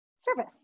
service